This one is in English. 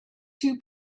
two